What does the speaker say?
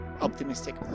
optimistic